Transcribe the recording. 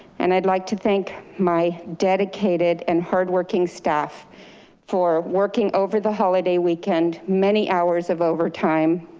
and i'd like to thank my dedicated and hardworking staff for working over the holiday weekend. many hours of overtime,